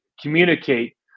communicate